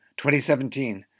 2017